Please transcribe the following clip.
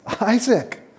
Isaac